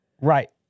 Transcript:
Right